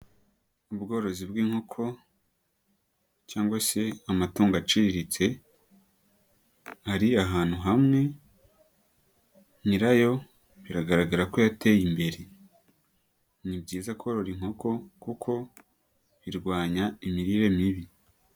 Ubworozi bw'inkoko cyangwa se amatungo aciriritse, ari ahantu hamwe nyirayo biragaragara ko yateye imbere. Ni byiza korora inkoko kuko birwanya imirire mibi.